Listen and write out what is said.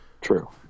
True